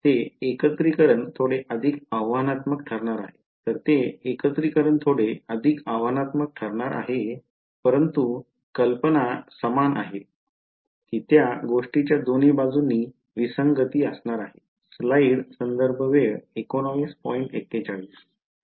ते एकत्रिकरण थोडे अधिक आव्हानात्मक ठरणार आहे तर ते एकत्रिकरण थोडे अधिक आव्हानात्मक ठरणार आहे परंतु कल्पना समान आहे की त्या गोष्टीच्या दोन्ही बाजूंनी विसंगती असणार आहे